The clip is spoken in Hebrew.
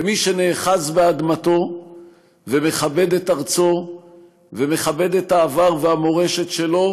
מי שנאחז באדמתו ומכבד את ארצו ומכבד את העבר והמורשת שלו,